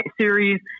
series